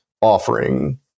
offering